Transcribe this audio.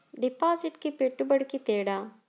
డిపాజిట్కి పెట్టుబడికి తేడా?